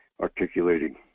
articulating